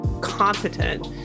competent